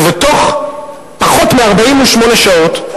ובתוך פחות מ-48 שעות,